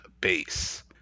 base